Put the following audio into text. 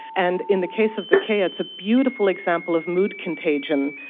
and in the case of the kea it's a beautiful example of mood contagion.